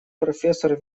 профессор